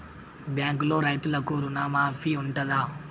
బ్యాంకులో రైతులకు రుణమాఫీ ఉంటదా?